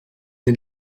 den